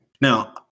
Now